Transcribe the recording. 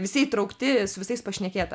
visi įtraukti su visais pašnekėta